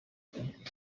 centre